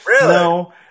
no